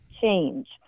change